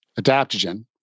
adaptogen